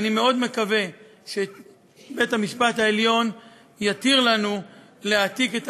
ואני מקווה מאוד שבית-המשפט העליון יתיר לנו להעתיק את